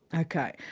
ok.